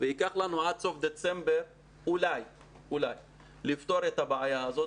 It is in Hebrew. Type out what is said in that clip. וייקח לנו עד סוף דצמבר אולי לפתור את הבעיה הזאת,